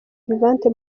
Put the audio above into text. vivante